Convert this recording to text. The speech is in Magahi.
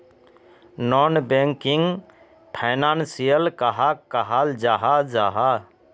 नॉन बैंकिंग फैनांशियल कहाक कहाल जाहा जाहा?